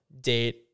date